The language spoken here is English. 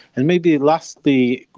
and maybe lastly,